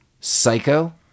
psycho